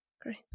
great